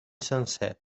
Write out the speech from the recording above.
sencer